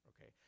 okay